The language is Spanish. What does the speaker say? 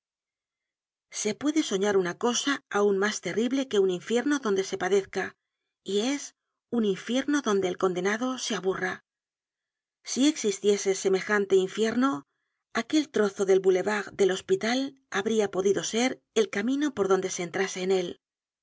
se puede soñar una cosa aun mas terrible que un infierno donde se padezca y es un infierno donde el condenado se aburra si existiese semejante infierno aquel trozo del boulevard del hospital habría podido ser el camino por donde se entrase en él